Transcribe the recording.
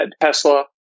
Tesla